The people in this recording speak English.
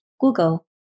Google